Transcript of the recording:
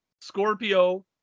Scorpio